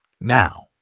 Now